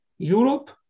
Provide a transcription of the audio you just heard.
Europe